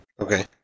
Okay